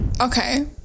okay